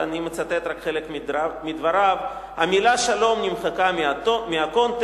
ואני מצטט רק חלק מדבריו: המלה שלום נמחקה מהקונטקסט,